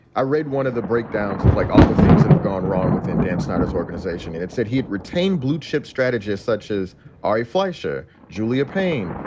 i read one of the breakdowns of, like, all the things that have gone wrong with and dan snyder's organization and it said he had retained bluechip strategists such as ari fleischer, julia payne,